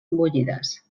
bullides